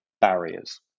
barriers